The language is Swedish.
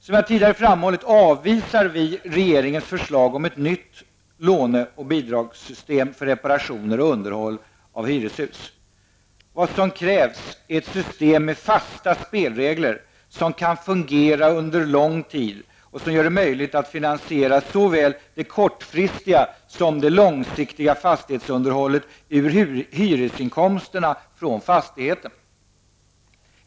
Som jag tidigare framhållit avvisar vi regeringens förslag om ett nytt låne och bidragssystem för reparationer och underhåll av hyreshus. Vad som krävs är ett system med fasta spelregler, som kan fungera under lång tid och som gör det möjligt att finansiera såväl det kortsiktiga som det långsiktiga fastighetsunderhållet ur hyresinkomsterna från fastigheten.